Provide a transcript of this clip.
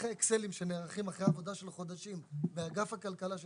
מסמכי אקסלים שנערכים אחרי עבודה של חודשים באגף הכלכלה של